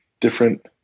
different